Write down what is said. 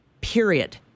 period